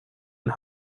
and